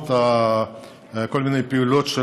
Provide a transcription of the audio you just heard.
בעקבות כל מיני פעילויות של